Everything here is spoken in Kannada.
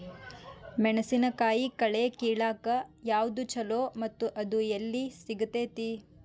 ಮೆಣಸಿನಕಾಯಿ ಕಳೆ ಕಿಳಾಕ್ ಯಾವ್ದು ಛಲೋ ಮತ್ತು ಅದು ಎಲ್ಲಿ ಸಿಗತೇತಿ?